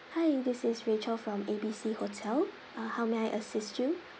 hi this is rachel from A B C hotel ah how may I assist you